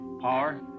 Power